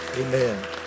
Amen